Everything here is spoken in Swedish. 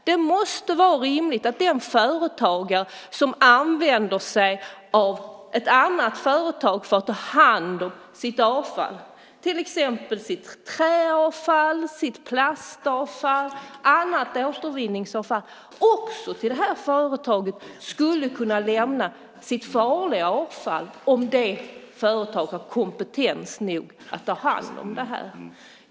Det måste vara rimligt att den företagare som använder sig av ett annat företag för att ta hand om sitt avfall, sitt träavfall, plastavfall eller annat återvinningsavfall, också till det här företaget skulle kunna lämna sitt farliga avfall - om det företaget har kompetens nog att ta hand om det.